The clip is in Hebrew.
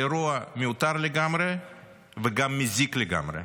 זה אירוע מיותר לגמרי וגם מזיק לגמרי.